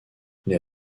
les